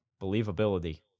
believability